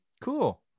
Cool